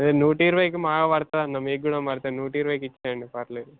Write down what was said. అదే నూట ఇరవైకి మాకు పడుతుంది అన్న మీకు కూడ పడుతుంది నూట ఇరవైకి ఇవ్వండి పర్లేదు